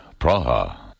Praha